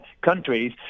countries